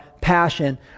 passion